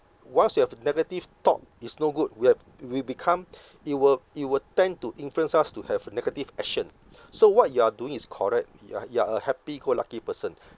once you have negative thought is no good we have we become it will it will tend to influence us to have negative action so what you are doing is correct you are you are a happy-go-lucky person